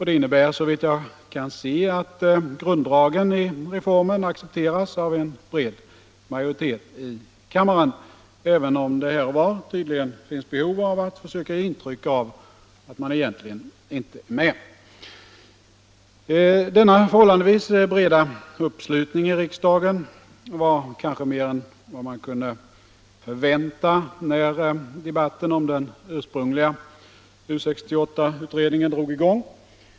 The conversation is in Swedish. Det innebär såvitt jag kan se att grunddragen i reformen accepteras av en bred majoritet i kammaren — även om man här och var tydligen känner behov av att försöka ge intryck av att man egentligen inte ansluter sig till förslaget. Denna förhållandevis breda uppslutning i riksdagen var kanske mer än vad man kunde förvänta när debatten om den ursprungliga U68 utredningen drog i gång.